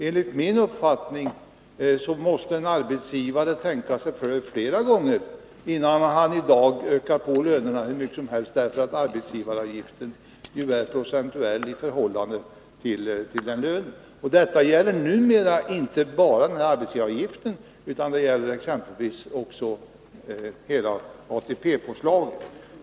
Enligt min uppfattning måste en arbetsgivare tänka sig för flera gånger, innan han i dag ökar lönerna hur mycket som helst, eftersom arbetsgivaravgiften är procentuell i förhållande till lönen. Detta gäller numera inte bara arbetsgivaravgiften utan exempelvis också hela ATP-påslaget.